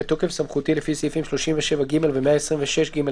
בתוקף סמכותי לפי סעיפים 37(ג) ו-126(ג)